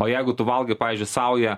o jeigu tu valgai pavyzdžiui saują